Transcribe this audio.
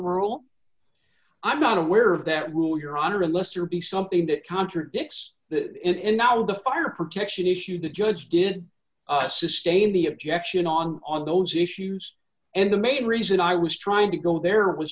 rule i'm not aware of that rule your honor a lesser be something that contradicts it now the fire protection issue the judge did sustain be objection on on those issues and the main reason i was trying to go there was